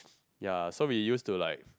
ya so we used to like